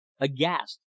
aghast